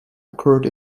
occurred